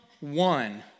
one